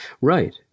Right